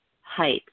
height